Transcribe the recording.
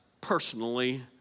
personally